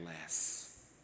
less